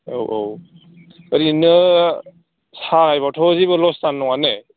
औ औ ओरैनो साहा गायब्लाथ' जेबो लस जानाय नङा ने